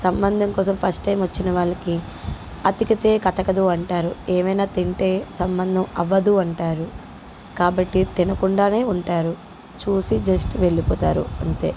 సంబంధం కోసం first time వచ్చిన వాళ్ళకి అతికితే కతకదు అంటారు ఏవైనా తింటే సంబంధం అవ్వదు అంటారు కాబట్టి తినకుండానే ఉంటారు చూసి జస్ట్ వెళ్ళిపోతారు అంతే